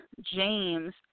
James